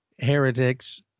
heretics